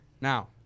Now